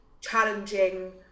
challenging